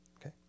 Okay